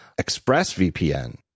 ExpressVPN